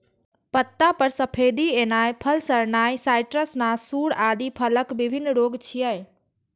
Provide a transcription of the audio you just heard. पत्ता पर सफेदी एनाय, फल सड़नाय, साइट्र्स नासूर आदि फलक विभिन्न रोग छियै